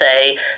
say